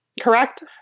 correct